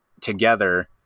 together